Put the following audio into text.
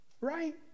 right